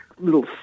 little